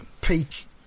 peak